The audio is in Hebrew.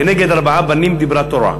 כנגד ארבעה בנים דיברה התורה,